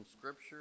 scripture